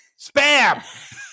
SPAM